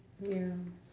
ya